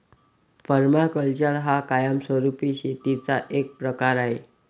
permaculture हा कायमस्वरूपी शेतीचा एक प्रकार आहे